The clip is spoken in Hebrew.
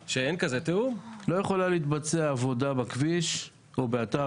לא יכולה להתבצע עבודה בכביש או באתר